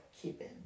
keeping